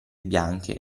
bianche